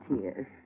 tears